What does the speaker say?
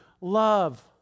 love